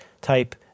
type